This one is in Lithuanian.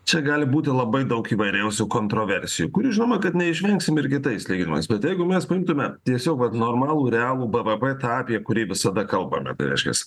čia gali būti labai daug įvairiausių kontroversijų kurių žinoma kad neišvengsim ir kitais lyginimais bet jeigu mes paimtume tiesiog vat normalų realų bvp apie kurį visada kalbame tai reiškias